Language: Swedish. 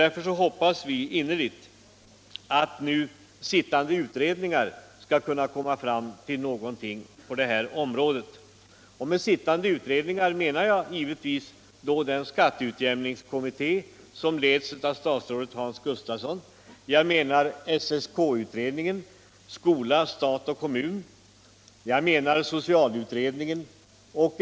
Därför Nr 133 hoppas vi att nu sittande utredningar skall kunna komma fram till re Torsdagen den och den kommunekonomiska utredningen.